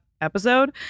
episode